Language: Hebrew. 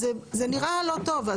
אז זה נראה לא טוב.